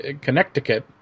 Connecticut